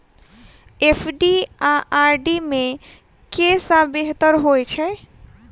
FD आ RD मे केँ सा बेहतर होइ है?